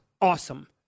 Awesome